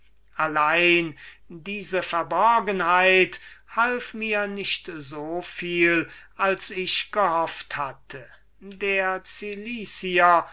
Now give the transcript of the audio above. allein diese verborgenheit half mir nicht so viel als ich gehofft hatte der